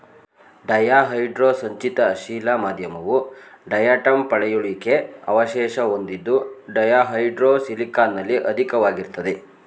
ಡಯಾಹೈಡ್ರೋ ಸಂಚಿತ ಶಿಲಾ ಮಾಧ್ಯಮವು ಡಯಾಟಂ ಪಳೆಯುಳಿಕೆ ಅವಶೇಷ ಹೊಂದಿದ್ದು ಡಯಾಹೈಡ್ರೋ ಸಿಲಿಕಾನಲ್ಲಿ ಅಧಿಕವಾಗಿರ್ತದೆ